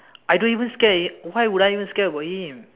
I don't even scared why would I even scared about him